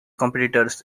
competitors